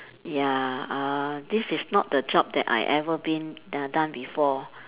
ya uh this is not the job that I ever been d~ done before